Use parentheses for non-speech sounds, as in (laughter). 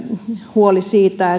huoli siitä (unintelligible)